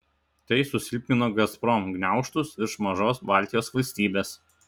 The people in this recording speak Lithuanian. tai susilpnino gazprom gniaužtus virš mažos baltijos valstybės